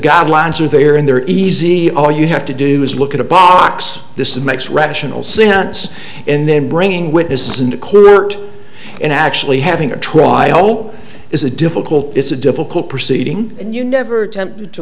guidelines are there and they're easy all you have to do is look at a box this makes rational sense and then bringing witnesses and kurt and actually having a trial is a difficult it's a difficult proceeding and you never tempted to